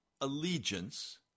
allegiance